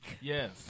Yes